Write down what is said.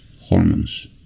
hormones